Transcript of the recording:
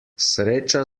sreča